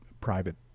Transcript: private